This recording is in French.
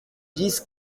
dix